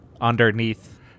underneath